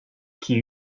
chi